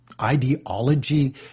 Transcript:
ideology